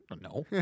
No